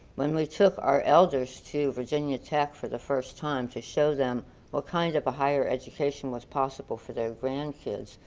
when we took our elders to virginia tech to for the first time to show them what kind of higher education was possible for their grandkids,